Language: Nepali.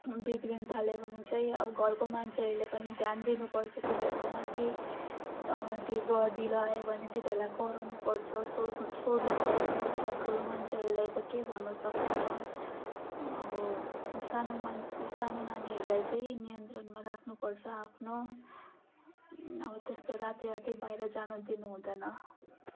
बिग्रिनु थाल्यो भने चाहिँ अब घरको मान्छेहरूले पनि ध्यान दिनुपर्छ तिनीहरूको माथि घर ढिला आयो भने तिनीहरूलाई कराउनुपर्छ र सोध्नुपर्छ र ठुलो मान्छेहरूलाई त के भन्नुसक्छ र अब सानो मान्छे सानो नानीहरूलाई चाहिँ नियन्त्रणमा राख्नुपर्छ आफ्नो अब त्यस्तो राति राति बहिर जानु दिनुहुँदैन